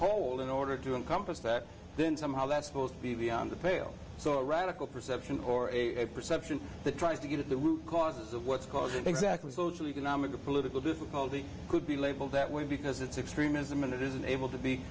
all in order to encompass facts then somehow that's supposed to be beyond the pale so radical perception or a perception that tries to get at the root causes of what's called an exactly social economic or political difficulty could be labeled that way because it's extremism and it isn't able to be